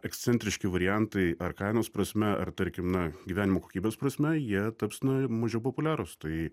ekscentriški variantai ar kainos prasme ar tarkim na gyvenimo kokybės prasme jie taps na mažiau populiarūs tai